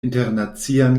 internacian